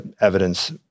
evidence